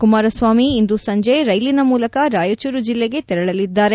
ಕುಮಾರಸ್ವಾಮಿ ಇಂದು ಸಂಜೆ ರೈಲಿನ ಮೂಲಕ ರಾಯಚೂರು ಜಿಲ್ಲೆಗೆ ತೆರಳಲಿದ್ದಾರೆ